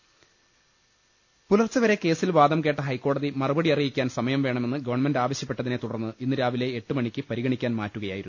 ലലലലലലലലലലലല പുലർച്ചെ വരെ കേസിൽ വാദം കേട്ട ഹൈക്കോടതി മറുപടി അറിയിക്കാൻ സമയം വേണമെന്ന് ഗവൺമെന്റ് ആവശ്യപ്പെട്ടതിനെ തുടർന്ന് ഇന്ന് രാവിലെ എട്ട് മണിക്ക് പരിഗണിക്കാൻ മാറ്റുകയായിരുന്നു